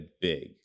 big